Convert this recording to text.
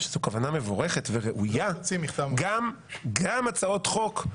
שזו כוונה מבורכת וראויה -- לא תוציא מכתב ----- גם הצעות חוק,